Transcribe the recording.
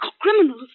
criminals